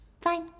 Fine